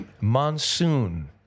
monsoon